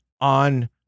on